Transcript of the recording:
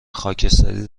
خاکستری